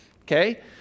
Okay